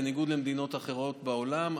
בניגוד למדינות אחרות בעולם,